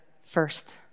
first